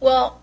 well